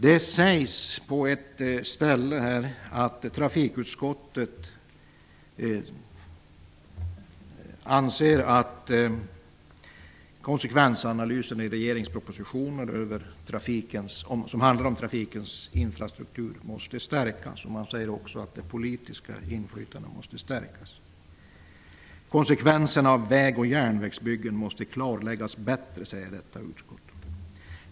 Det sägs på ett ställe i betänkandet att trafikutskottet anser att konsekvensanalyserna av regeringens propositioner om trafikens infrastruktur måste förbättras. Man säger också att det politiska inflytandet måste stärkas. Konsekvenserna av järnvägs och vägbyggen måste klarläggas bättre, menar trafikutskottet.